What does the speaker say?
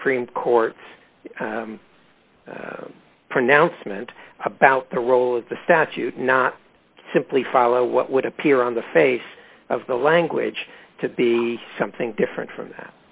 supreme court's pronouncement about the role of the statute not simply follow what would appear on the face of the language to be something different from that